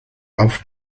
auf